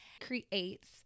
creates